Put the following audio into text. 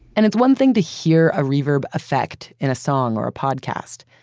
and it's one thing to hear a reverb effect in a song or a podcast.